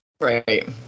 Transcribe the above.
right